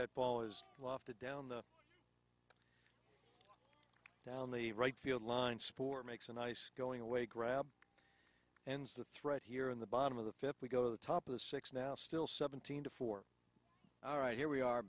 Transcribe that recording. pitch at ball is lofted down the down the right field line spore makes a nice going away grab ends the thread here in the bottom of the fifth we go to the top of the six now still seventeen to four all right here we are